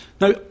Now